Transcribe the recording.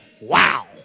wow